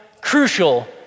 crucial